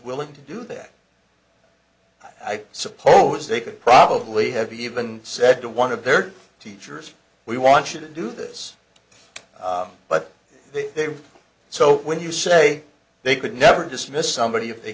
willing to do that i suppose they could probably have even said to one of their teachers we want you to do this but so when you say they could never dismiss somebody if they